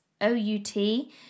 O-U-T